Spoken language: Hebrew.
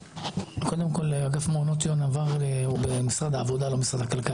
האגף לעידוד תעסוקת הורים, כמו שזה נקרא היום.